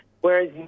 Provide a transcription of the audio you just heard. Whereas